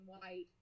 white